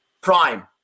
prime